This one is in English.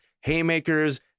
haymakers